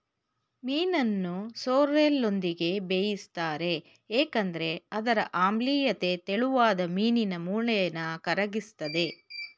ಮೀನನ್ನು ಸೋರ್ರೆಲ್ನೊಂದಿಗೆ ಬೇಯಿಸ್ತಾರೆ ಏಕೆಂದ್ರೆ ಅದರ ಆಮ್ಲೀಯತೆ ತೆಳುವಾದ ಮೀನಿನ ಮೂಳೆನ ಕರಗಿಸ್ತದೆ